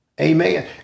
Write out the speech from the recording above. amen